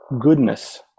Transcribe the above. goodness